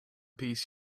piece